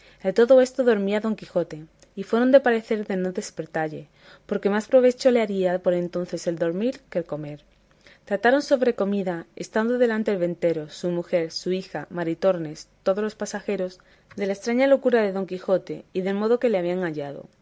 todo esto dormía don quijote y fueron de parecer de no despertalle porque más provecho le haría por entonces el dormir que el comer trataron sobre comida estando delante el ventero su mujer su hija maritornes todos los pasajeros de la estraña locura de don quijote y del modo que le habían hallado